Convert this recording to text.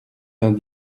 vingt